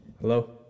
Hello